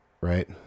right